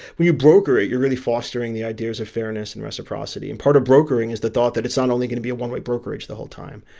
when you broker it, you're really fostering the ideas of fairness and reciprocity. and part of brokering is the thought that it's not only going to be a one way brokerage the whole time,